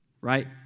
right